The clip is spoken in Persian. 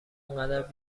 اینقد